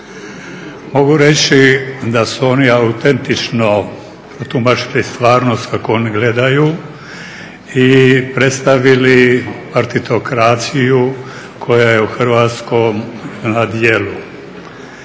Mogu reći da su oni autentično tumačili stvarnost kako oni gledaju i predstavili partitokraciju koja je u Hrvatskoj na djelu.